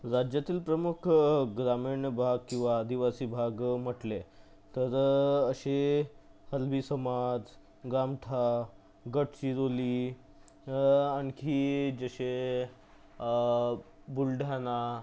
राज्यातील प्रमुख ग्रामीण भाग किंवा आदिवासी भाग म्हटले तर असे हलवी समाज गामठा गडचिरोली आणखी जसे बुलढाणा